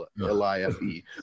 L-I-F-E